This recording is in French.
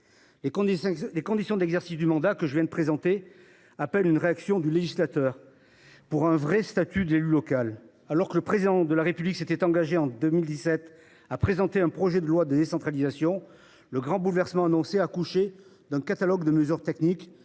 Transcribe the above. Les conditions d’exercice du mandat, que je viens de présenter, appellent une réaction du législateur, en vue d’un véritable statut de l’élu local. Alors que le Président de la République s’est engagé, dès 2017, à présenter un projet de loi de décentralisation, le grand bouleversement annoncé a accouché d’une souris, simple catalogue de mesures techniques,